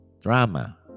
drama